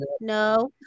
No